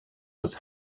was